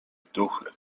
duchy